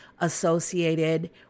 associated